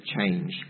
change